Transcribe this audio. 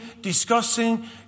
discussing